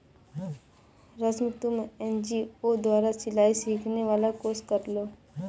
रश्मि तुम एन.जी.ओ द्वारा सिलाई सिखाने वाला कोर्स कर लो